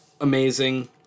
amazing